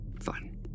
Fine